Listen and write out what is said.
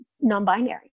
non-binary